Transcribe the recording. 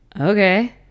okay